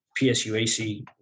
PSUAC